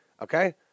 Okay